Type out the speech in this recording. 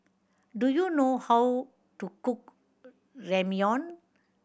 do you know how to cook Ramyeon